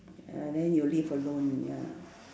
ah then you live alone ya